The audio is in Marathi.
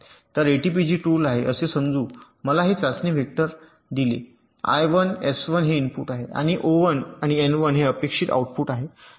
तर एटीपीजी टूल आहे असे समजू मला हे चाचणी व्हेक्टर दिले I1 एस 1 हे इनपुट आहे आणि ओ 1 एन 1 अपेक्षित आउटपुट आहे